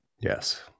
yes